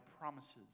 promises